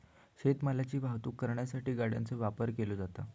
शेत मालाची वाहतूक करण्यासाठी गाड्यांचो वापर केलो जाता